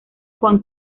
juan